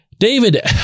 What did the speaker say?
David